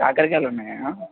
కాకరకాయలున్నాయా